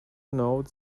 note